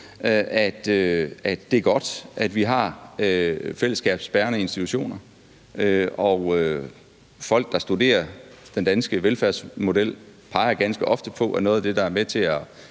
at det er godt, at vi har fællesskabsbærende institutioner, og folk, der studerer den danske velfærdsmodel, peger ganske ofte på, at noget af det, der er med til at